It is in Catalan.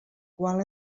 qual